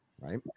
right